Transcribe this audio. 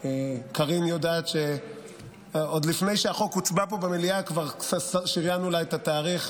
קארין יודעת שעוד לפני שהחוק הוצבע פה במליאה כבר שריינו לה את התאריך